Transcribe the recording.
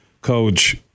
coach